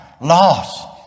lost